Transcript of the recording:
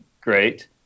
great